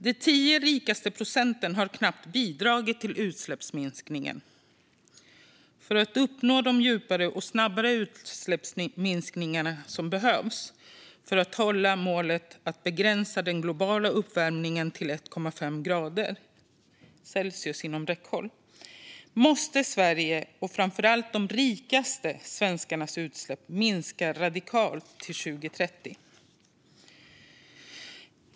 De 10 rikaste procenten har knappt bidragit alls till utsläppsminskningen. För att uppnå de djupare och snabbare utsläppsminskningar som behövs - för att hålla målet att begränsa den globala uppvärmningen till 1,5C inom räckhåll - måste Sveriges och framförallt de rikaste svenskarnas utsläpp minska radikalt till 2030."